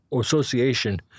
association